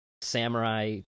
samurai